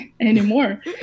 anymore